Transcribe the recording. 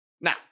Now